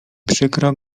przykro